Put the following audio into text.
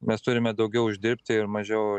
mes turime daugiau uždirbti ir mažiau